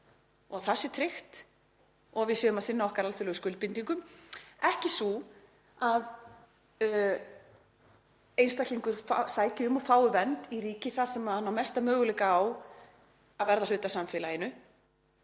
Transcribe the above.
og það sé tryggt og að við séum að sinna okkar alþjóðlegu skuldbindingum. Ekki sú að einstaklingur sæki um og fái vernd í ríki þar sem hann á mesta möguleika á að verða hluti af samfélaginu.